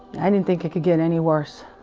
i? didn't think it could get any worse